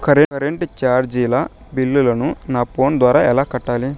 Current చార్జీల బిల్లును, నా ఫోను ద్వారా ఎలా కట్టాలి?